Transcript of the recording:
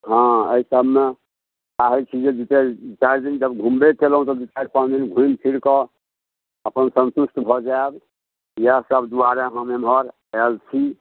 हँ एहि सबमे चाहै छी जे दुइ चारि दिन घुमबै कएलहुँ तऽ दुइ चारि पाँच दिन घुमि फिरिकऽ अपन सन्तुष्ट भऽ जाएब इएहसब दुआरे हम एम्हर आएल छी